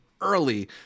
early